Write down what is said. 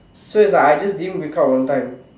so it's like I didn't wake up on time